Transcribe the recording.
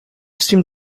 seem